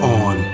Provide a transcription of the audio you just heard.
on